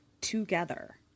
together